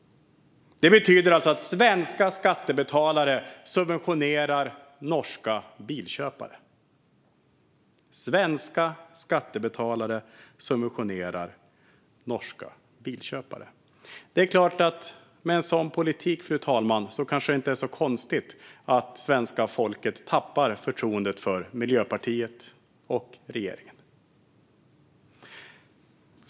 Detta betyder att svenska skattebetalare subventionerar norska bilköpare. Det är klart, fru talman, att det med en sådan politik kanske inte är så konstigt att svenska folket tappar förtroendet för Miljöpartiet och regeringen.